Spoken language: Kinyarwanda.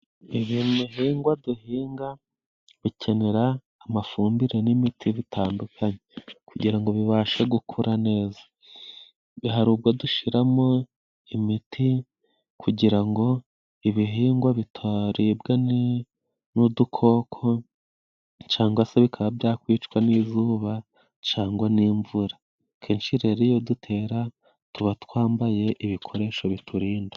Ibi bihingwa duhinga bikenera amafumbire n'imiti bitandukanye kugira ngo bibashe gukora neza. Hari ubwo dushiramo imiti kugira ngo ibihingwa bitaribwa n'udukoko cangwa se bikaba byakwicwa n'izuba cangwa n'imvura. Kenshi rero iyo dutera, tuba twambaye ibikoresho biturinda.